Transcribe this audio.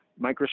Microsoft